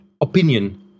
opinion